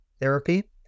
therapy